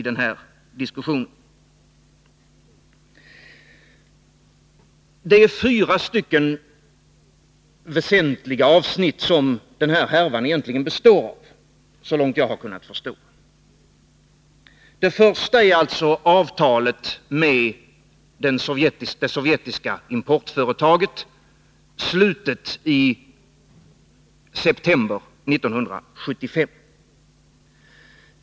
Detta gäller inte minst i den här frågan. Såvitt jag begriper består denna härva av fyra väsentliga avsnitt. Det första är avtalet med det sovjetiska importföretaget slutet i september 1975.